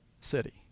city